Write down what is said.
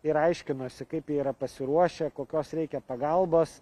ir aiškinosi kaip yra pasiruošę kokios reikia pagalbos